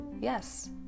Yes